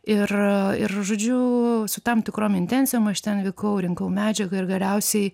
ir ir žodžiu su tam tikrom intencijom aš ten vykau rinkau medžiagą ir galiausiai